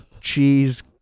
cheese